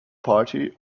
party